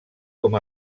com